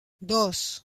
dos